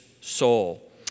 soul